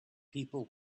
people